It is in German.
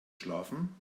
schlafen